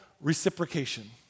reciprocation